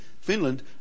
Finland